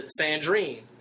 sandrine